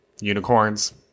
unicorns